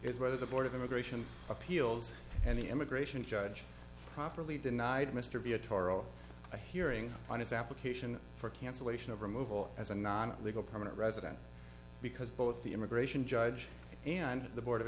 is whether the board of immigration appeals and the immigration judge properly denied mr b atara a hearing on his application for cancellation of removal as a non legal permanent resident because both the immigration judge and the board of